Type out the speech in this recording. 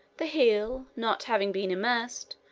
the heel, not having been immersed,